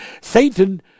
Satan